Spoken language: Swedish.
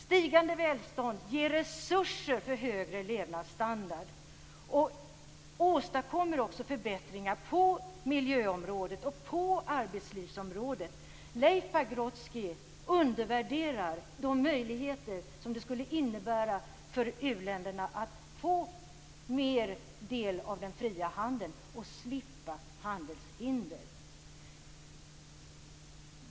Stigande välstånd ger resurser för högre levnadsstandard och åstadkommer också förbättringar på miljöområdet och arbetslivsområdet. Leif Pagrotsky undervärderar de möjligheter det skulle innebära för u-länderna att få mer del av den fria handeln och slippa handelshinder.